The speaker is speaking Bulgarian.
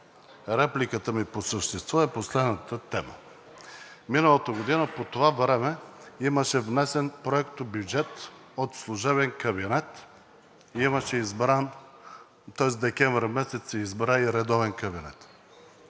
репликата ми по същество е по следната тема. Миналата година по това време имаше внесен проектобюджет от служебен кабинет, а декември месец се избра и редовен кабинет.